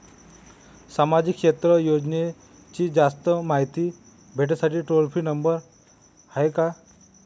सामाजिक क्षेत्र योजनेची जास्त मायती भेटासाठी टोल फ्री नंबर हाय का?